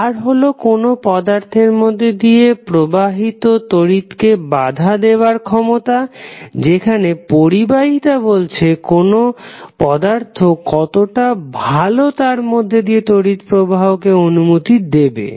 R হলো কোনো পদার্থের মধ্যে দিয়ে প্রবাহিত তড়িৎ কে বাধা দেবার ক্ষমতা যেখানে পরিবাহিতা বলছে কোনো পদার্থ কতটা ভালো তার মধ্যে দিয়ে তড়িৎ প্রবাহকে অনুমুতি দেবে